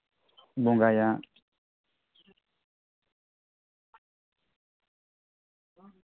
ᱵᱚᱸᱜᱟᱭᱟ